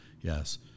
yes